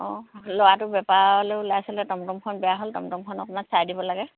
অঁ ল'ৰাটো বেপাৰলৈ ওলাইছিলে টমটমখন বেয়া হ'ল টমটমখন অপোনাক চাই দিব লাগে